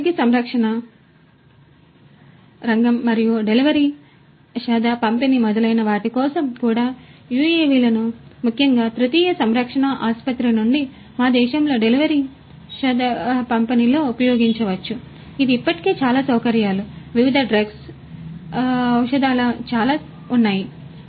ఆరోగ్య సంరక్షణ రంగం మరియు delivery షధ పంపిణీ మొదలైన వాటి కోసం కూడా యుఎవిలను ముఖ్యంగా తృతీయ సంరక్షణ ఆసుపత్రి నుండి మా దేశంలో delivery షధ పంపిణీలో ఉపయోగించవచ్చు ఇది ఇప్పటికే చాలా సౌకర్యాలు వివిధ drugs షధాల చాలా సౌకర్యాలు కలిగి ఉంది